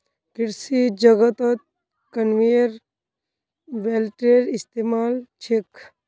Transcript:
कृषि जगतत कन्वेयर बेल्टेर इस्तमाल छेक